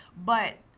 but